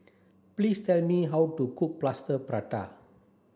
please tell me how to cook plaster prata